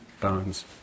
bones